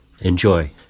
Enjoy